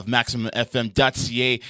MaximumFM.ca